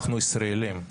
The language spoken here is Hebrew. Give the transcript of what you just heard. אנחנו ישראלים.